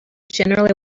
generally